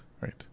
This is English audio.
Right